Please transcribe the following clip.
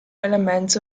elements